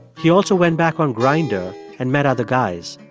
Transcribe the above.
he also went back on grindr and met other guys.